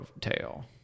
tail